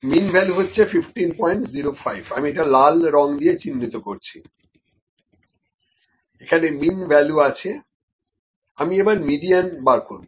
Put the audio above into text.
মিন value হচ্ছে 1505 আমি এটা লাল রং দিয়ে চিহ্নিত করছি এখানে মিন ভ্যালু আছে আমি এবার মিডিয়ান বার করবো